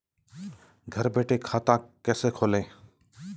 घर बैठे खाता कैसे खोलें?